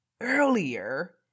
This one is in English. earlier